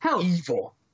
evil